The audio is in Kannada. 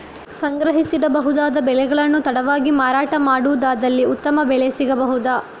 ಸಂಗ್ರಹಿಸಿಡಬಹುದಾದ ಬೆಳೆಗಳನ್ನು ತಡವಾಗಿ ಮಾರಾಟ ಮಾಡುವುದಾದಲ್ಲಿ ಉತ್ತಮ ಬೆಲೆ ಸಿಗಬಹುದಾ?